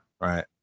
right